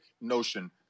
notion